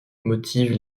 motive